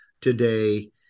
today